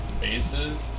bases